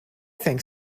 think